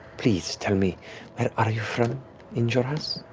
please tell me where are you from in xhorhas,